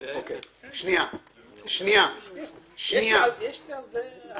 יש לי על זה השגה מסוימת.